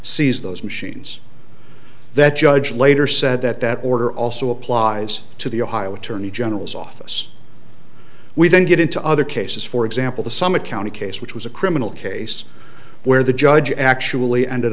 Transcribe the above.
seize those machines that judge later said that that order also applies to the ohio attorney general's office we then get into other cases for example the summit county case which was a criminal case where the judge actually ended